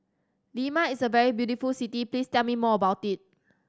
Lima is a very beautiful city please tell me more about it